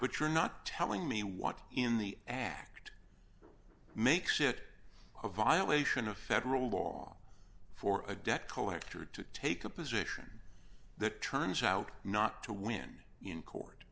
which you're not telling me what in the act makes it a violation of federal law for a debt collector to take a position that turns out not to win in court